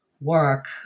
work